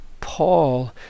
Paul